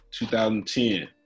2010